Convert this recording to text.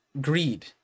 greed